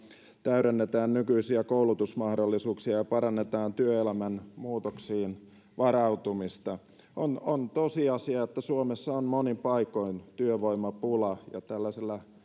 täydennetään nykyisiä koulutusmahdollisuuksia ja parannetaan työelämän muutoksiin varautumista on on tosiasia että suomessa on monin paikoin työvoimapula ja tällaisella